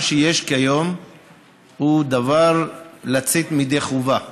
מה שיש כיום הוא לצאת לידי חובה.